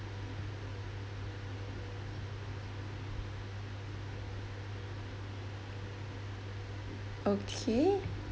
okay